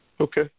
Okay